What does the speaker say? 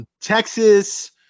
Texas